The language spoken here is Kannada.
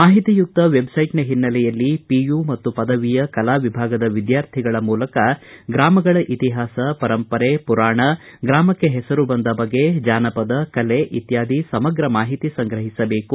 ಮಾಹಿತಿಯುಕ್ತ ವೆಬ್ಸೈಟ್ನ ಹಿನ್ನೆಲೆಯಲ್ಲಿ ಪಿಯು ಮತ್ತು ಪದವಿಯ ಕಲಾ ವಿಭಾಗದ ವಿದ್ವಾರ್ಥಿಗಳ ಮೂಲಕ ಗ್ರಾಮಗಳ ಇತಿಹಾಸ ಪರಂಪರೆ ಪುರಾಣ ಗ್ರಾಮಕ್ಕೆ ಹೆಸರು ಬಂದ ಬಗೆ ಜಾನಪದ ಕಲೆ ಇತ್ವಾದಿ ಸಮಗ್ರ ಮಾಹಿತಿ ಸಂಗ್ರಹಿಸಬೇಕು